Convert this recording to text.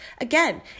Again